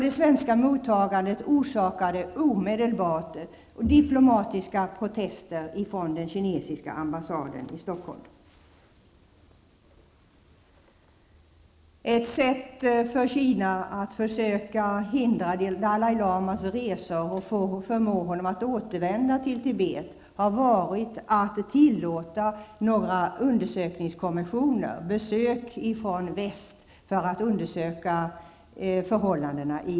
Det svenska mottagandet orsakade omedelbart diplomatiska protester från den kinesiska ambassaden i Ett sätt för Kina att försöka hindra Dalai Lamas resor och förmå honom att återvända till Tibet har varit att tillåta några undersökningskommissioner från väst att besöka Tibet för att undersöka förhållandena.